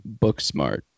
Booksmart